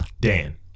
Dan